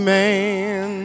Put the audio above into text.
man